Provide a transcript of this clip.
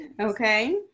Okay